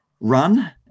run